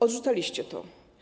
Odrzucaliście to.